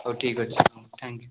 ହେଉ ଠିକ୍ ଅଛି ହେଉ ଥାଙ୍କ୍ ୟୁ